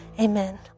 Amen